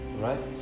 right